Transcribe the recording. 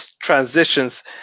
transitions